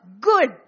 Good